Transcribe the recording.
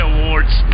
Awards